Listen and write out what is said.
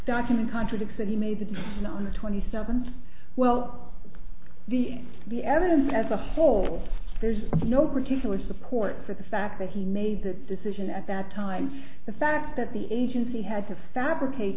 document contradicts that he made the nine hundred twenty seven well the the evidence as a holes there's no particular support for the fact that he made that decision at that time the fact that the agency had to fabricate